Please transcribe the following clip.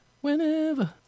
whenever